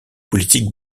politiques